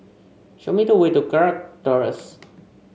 show me the way to Kirk Terrace